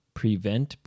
prevent